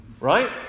right